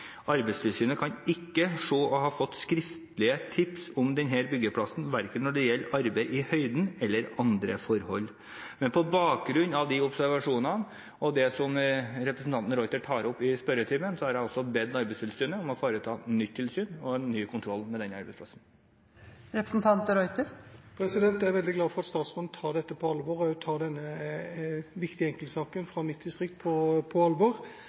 Arbeidstilsynet kan ikke se å ha fått skriftlige tips om denne byggeplassen verken når det gjelder arbeid i høyden eller andre forhold, men på bakgrunn av de observasjonene og det som representanten de Ruiter tar opp i spørretimen, har jeg bedt Arbeidstilsynet om å foreta nytt tilsyn og en ny kontroll med denne arbeidsplassen. Jeg er veldig glad for at statsråden tar dette på alvor, og også tar denne viktige enkeltsaken fra mitt distrikt på alvor. Som statsråden sier: Altfor mange dør, altfor mange skader seg på